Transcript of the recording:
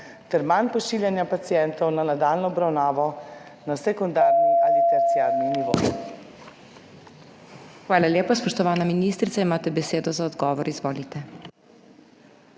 ter manj pošiljanja pacientov na nadaljnjo obravnavo na sekundarni ali terciarni nivo?